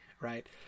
Right